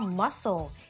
muscle